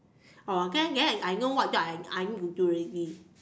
oh then then I know what job I I need to do already